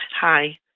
Hi